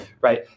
right